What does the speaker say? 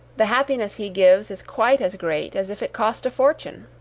the happiness he gives, is quite as great as if it cost a fortune.